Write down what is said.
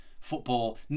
football